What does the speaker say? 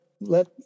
let